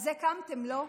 על זה קמתם, לא?